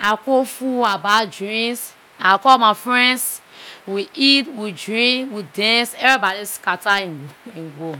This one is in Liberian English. I cook food, I buy drinks, I call my friends, we eat, we drink, we dance, everybody scatter and go.